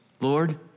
Lord